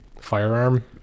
firearm